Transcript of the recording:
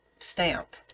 stamp